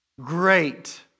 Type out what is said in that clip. great